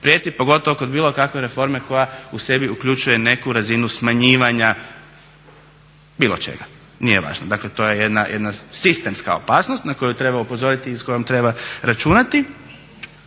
prijeti, pogotovo kod bilo kakve reforme koja u sebi uključuje neku razinu smanjivanja bilo čega, nije važno. Dakle, to je jedna sistemska opasnost na koju treba upozoriti i s kojom treba računati.